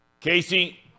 Casey